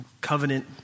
covenant